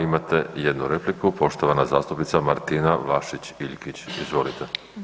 Imate jednu repliku, poštovana zastupnica Martina Vlašić Iljkić, izvolite.